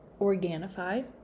Organifi